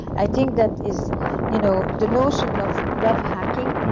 i think that is you know the notion of love hacking,